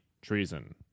treason